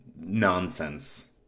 nonsense